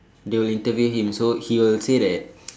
they'll interview him so he will say that